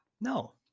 No